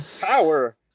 power